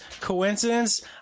Coincidence